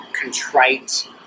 contrite